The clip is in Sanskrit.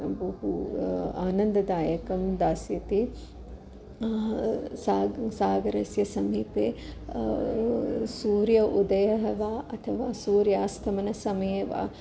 बहु आनन्ददायकं दास्यति सागरस्य समीपे सूर्योदयः वा अथवा सूर्यास्तं मन समये वा